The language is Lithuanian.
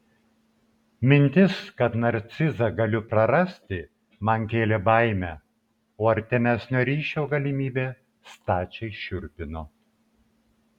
mintis kad narcizą galiu prarasti man kėlė baimę o artimesnio ryšio galimybė stačiai šiurpino